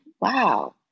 wow